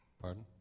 Pardon